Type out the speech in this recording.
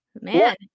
Man